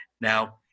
Now